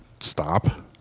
stop